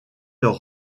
leurs